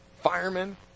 firemen